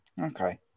Okay